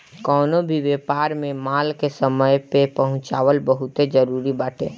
कवनो भी व्यापार में माल के समय पे पहुंचल बहुते जरुरी बाटे